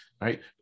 right